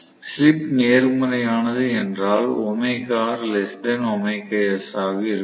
slip நேர்மறையானது என்றால் ஆக இருக்கும்